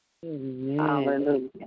Hallelujah